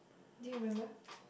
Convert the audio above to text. do you remember